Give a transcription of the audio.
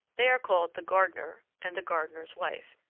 they are called the gardener and the gardener's wife,